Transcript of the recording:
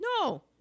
No